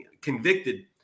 convicted